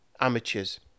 amateurs